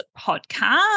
Podcast